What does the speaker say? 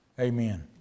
Amen